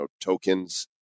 tokens